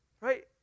Right